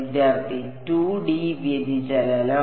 വിദ്യാർത്ഥി 2D വ്യതിചലനം